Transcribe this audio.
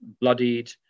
bloodied